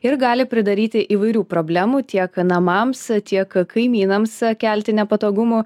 ir gali pridaryti įvairių problemų tiek namams tiek kaimynams kelti nepatogumų